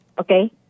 Okay